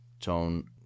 tone